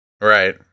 right